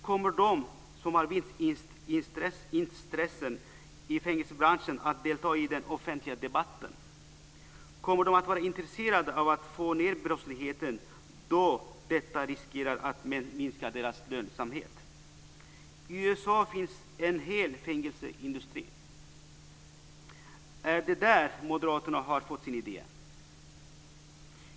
Kommer de som har vinstintressen i fängelsebranschen att delta i den offentliga debatten? Kommer de att vara intresserade av att få ned brottsligheten då det riskerar att minska deras lönsamhet? I USA finns en hel fängelseindustri. Är det där som Moderaterna har fått sin idé?